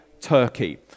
Turkey